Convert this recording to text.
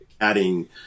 adding